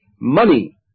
money